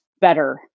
better